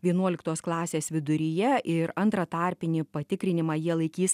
vienuoliktos klasės viduryje ir antrą tarpinį patikrinimą jie laikys